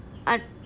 I